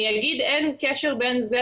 מתי שמים תקציב?